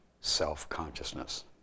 self-consciousness